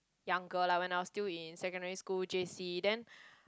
younger like when I was still in secondary school J_C then